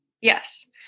Yes